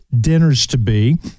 dinners-to-be